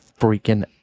freaking